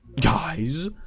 Guys